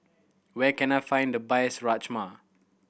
where can I find the best Rajma